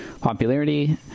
popularity